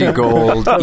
gold